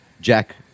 Jack